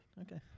Okay